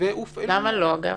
והופעלו --- למה לא, אגב?